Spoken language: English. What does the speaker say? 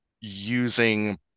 using